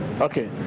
Okay